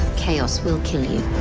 chaos will kill you.